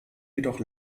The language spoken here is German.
jedoch